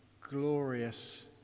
glorious